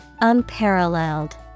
Unparalleled